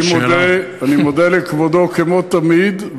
אני מודה לכבודו כמו תמיד,